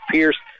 Pierce